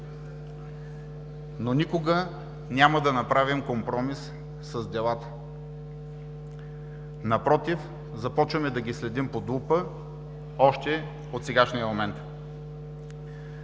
но никога няма да направим компромис с делата. Напротив, започваме да ги следим под лупа още от сегашния момент.